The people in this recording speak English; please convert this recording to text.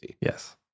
Yes